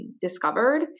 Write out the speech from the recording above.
discovered